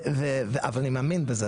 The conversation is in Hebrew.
אבל אני מאמין בזה,